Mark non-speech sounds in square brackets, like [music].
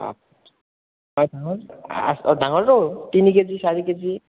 অঁ [unintelligible] ডাঙৰ ৰৌ তিনি কেজি চাৰি কেজি